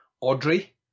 Audrey